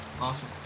Awesome